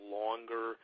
longer